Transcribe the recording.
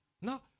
Now